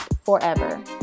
forever